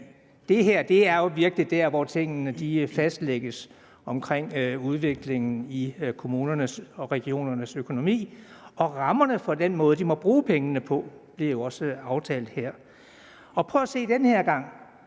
det her er jo virkelig den aftale, hvor tingene fastlægges i forhold til udviklingen i kommunernes og regionernes økonomi, og rammerne for den måde, de må bruge pengene på, bliver også aftalt her. Hvis man